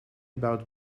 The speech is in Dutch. bouwt